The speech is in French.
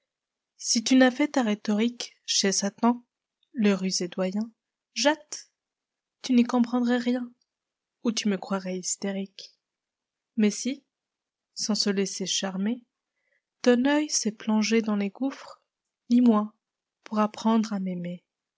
si tu n'as fait ta rhétoriquechez satan le rusé doyen jette i tu n'y comprendrais n'en ou tu me croirais hystérique mais si sans se laisser charmer ton œil sait plonger dans les gouffres lis-moi pour apprendre à m'aimer